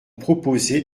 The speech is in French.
proposez